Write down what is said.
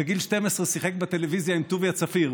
כמי שבגיל 12 שיחק בטלוויזיה עם טוביה צפיר,